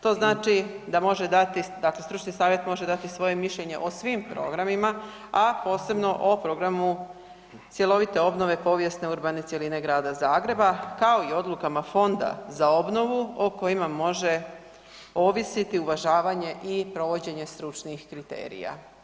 To znači da može dati, dakle stručni savjet može dati svoje mišljenje o svim programima, a posebno o Programu cjelovite obnove povijesne urbane cjeline Grada Zagreba, kao i odlukama fonda za obnovu o kojima može ovisiti uvažavanje i provođenje stručnih kriterija.